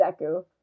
Deku